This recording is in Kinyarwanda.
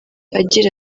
agira